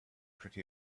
pretty